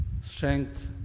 strength